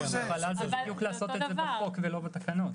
זה אומר שצריך לעשות את זה בחוק ולא בתקנות.